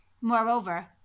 Moreover